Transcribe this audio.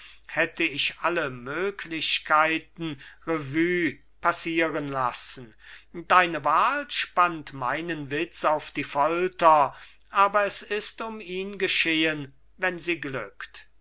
hätte ich alle möglichkeiten revue passieren lassen deine wahl spannt meinen witz auf die folter aber es ist um ihn geschehen wenn sie glückt